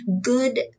good